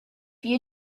you